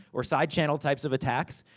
or side channel types of attacks.